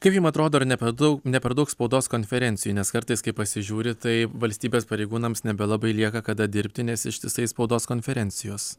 kaip jum atrodo ar ne per daug ne per daug spaudos konferencijų nes kartais kai pasižiūri tai valstybės pareigūnams nebelabai lieka kada dirbti nes ištisai spaudos konferencijos